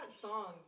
songs